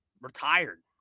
retired